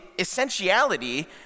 essentiality